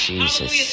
Jesus